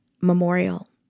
memorial